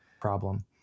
problem